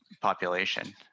population